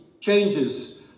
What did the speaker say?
changes